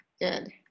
Good